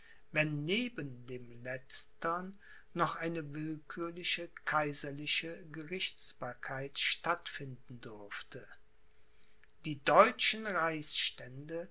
wenn neben dem letztern noch eine willkürliche kaiserliche gerichtsbarkeit stattfinden durfte die deutschen reichsstände